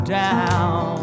down